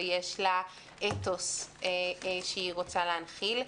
ויש לה אתוס שהיא רוצה להנחיל,